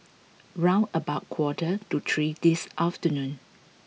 round about quarter to three this afternoon